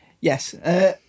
Yes